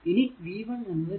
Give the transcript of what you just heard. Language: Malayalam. ഇനി v 1 എന്നത് 2